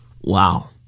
Wow